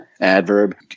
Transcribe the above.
Adverb